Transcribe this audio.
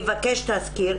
יבקש תסקיר,